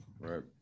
Right